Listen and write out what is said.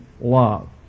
love